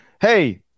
Hey